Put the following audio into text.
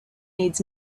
needs